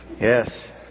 Yes